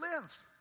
live